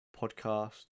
podcast